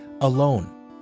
alone